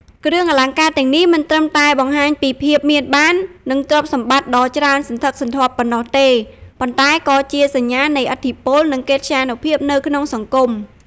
គ្រឿងអលង្ការទាំងនេះមិនត្រឹមតែបង្ហាញពី ភាពមានបាន និងទ្រព្យសម្បត្តិដ៏ច្រើនសន្ធឹកសន្ធាប់ប៉ុណ្ណោះទេ ប៉ុន្តែក៏ជាសញ្ញានៃ ឥទ្ធិពល និងកិត្យានុភាព នៅក្នុងសង្គម។